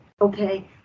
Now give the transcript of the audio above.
okay